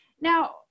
now